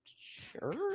Sure